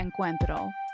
Encuentro